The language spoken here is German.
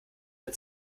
der